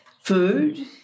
food